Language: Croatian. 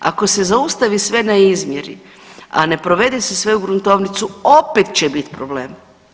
Ako se zaustavi sve na izmjeri, a ne provede se sve u gruntovnicu, opet će bit problem.